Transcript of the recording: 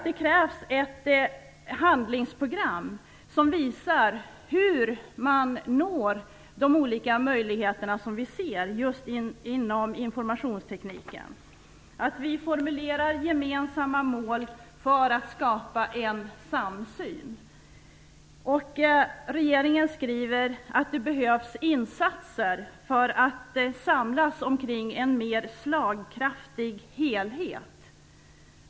Det krävs ett handlingsprogram som visar hur man når de olika möjligheterna just inom informationstekniken. Vi måste formulera gemensamma mål för att skapa en samsyn. Regeringen skriver att det behövs insatser för att samlas omkring en mer slagkraftig helhet.